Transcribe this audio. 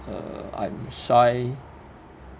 uh I'm shy